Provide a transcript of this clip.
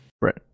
Right